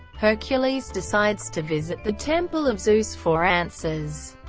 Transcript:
hercules decides to visit the temple of zeus for answers.